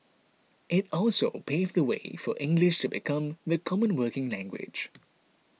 it also paved the way for English to become the common working language